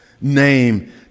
name